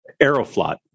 Aeroflot